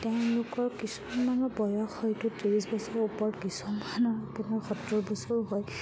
তেওঁলোকৰ কিছুমানৰ বয়স হয়তো ত্ৰিছ বছৰৰ ওপৰত কিছুমানৰ আপোনাৰ সত্তৰ বছৰো হয়